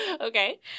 okay